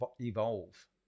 evolve